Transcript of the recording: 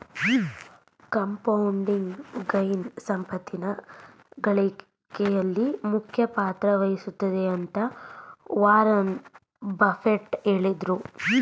compounding gain ಸಂಪತ್ತಿನ ಗಳಿಕೆಯಲ್ಲಿ ಮುಖ್ಯ ಪಾತ್ರ ವಹಿಸುತ್ತೆ ಅಂತ ವಾರನ್ ಬಫೆಟ್ ಹೇಳಿದ್ರು